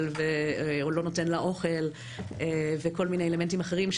או לא נותן לה אוכל וכל מיני אלמנטים אחרים.